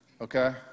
okay